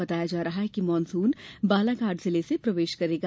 बताया जा रहा है कि मानसून बालाघाट जिले से प्रवेश करेगा